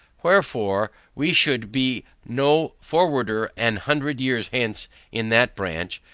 wherefore, we should be no forwarder an hundred years hence in that branch,